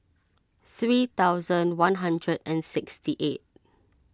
three thousand one hundred and sixty eight